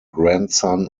grandson